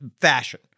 fashion